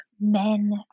men